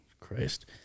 Christ